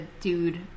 dude